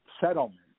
settlement